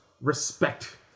respect